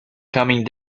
coming